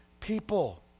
people